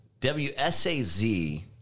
WSAZ